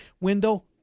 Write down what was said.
Window